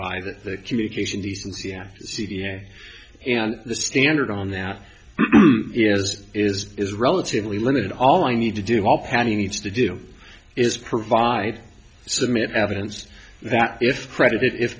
by the communication decency and c b s and the standard on that as is is relatively limited all i need to do all patty needs to do is provide submit evidence that if credit if